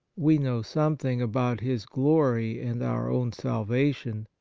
we know something about his glory and our own salvation,